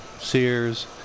Sears